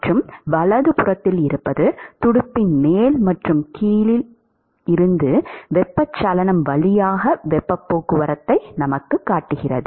மற்றும் வலது புறம் துடுப்பின் மேல் மற்றும் கீழ் இருந்து வெப்பச்சலனம் வழியாக வெப்பப் போக்குவரத்தைப் பிடிக்கிறது